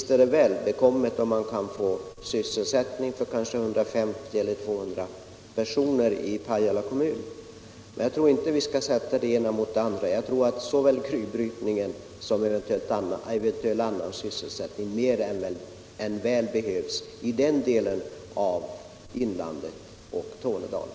Det är vidare välkommet om 150 eller kanske 200 personer kan få sysselsättning i Pajala kommun. Men jag tror inte att vi skall sätta det ena mot det andra. Jag tror att såväl en gruvbrytning som eventuell annan sysselsättning mer än väl behövs i den delen av inlandet och i Tornedalen.